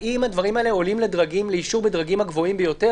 האם הדברים האלה עולים לאישור בדרגים הגבוהים ביותר?